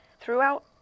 Throughout